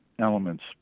elements